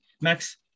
Max